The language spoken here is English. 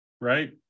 right